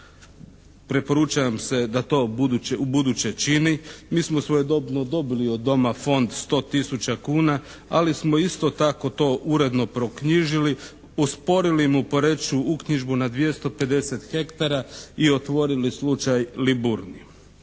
preporučam se da to u buduće čini. Mi smo svojedobno dobili od doma fond 100 tisuća kuna ali smo isto tako to uredno proknjižili, osporili mu u Poreču uknjižbu na 250 hektara i otvorili slučaj Liburniju.